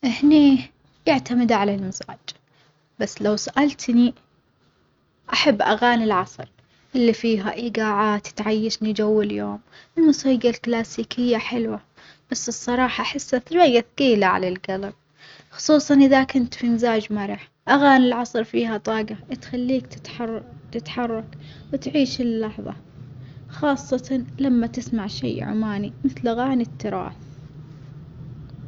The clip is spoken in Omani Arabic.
إهني يعتمد على المزاج بس لو سألتني أحب أغاني العصر اللي فيها إيجاعات تعيشني جو اليوم، الموسيجى الكلاسيكية حلوة بس الصراحة أحسها شوية ثجيلة على الجلب، خصوصًا إذا كنت في مزاج مرح، أغاني العصر فيها طاجة تخليك تتحر تتحرك وتعيش اللحظة خاصةً لما تسمع شي عماني مثل أغاني التراث.